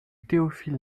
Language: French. théophile